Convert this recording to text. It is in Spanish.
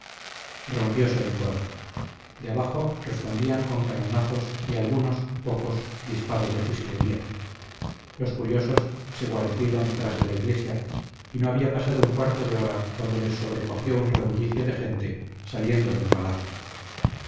enemigas rompiose el fuego de abajo respondían con cañonazos y algunos pocos disparos de fusilería los curiosos se guarecieron tras de la iglesia y no había pasado un cuarto de hora cuando les sobrecogió un rebullicio de gente saliendo del palacio